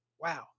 wow